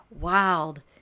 wild